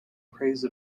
praise